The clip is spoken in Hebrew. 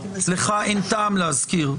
לך אין טעם להזכיר,